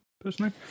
Personally